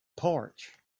porch